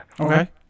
Okay